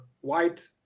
white